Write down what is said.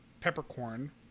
peppercorn